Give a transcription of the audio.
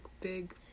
big